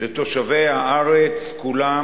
לתושבי הארץ כולם